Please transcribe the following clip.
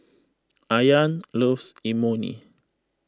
Ayaan loves Imoni